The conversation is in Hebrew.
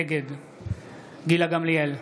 נגד גילה גמליאל,